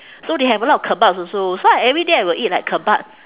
so they have a lot of kebabs also so I every day I will eat like kebab